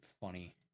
Funny